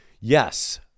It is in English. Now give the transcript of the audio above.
Yes